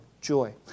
joy